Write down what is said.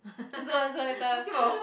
let's go let's go later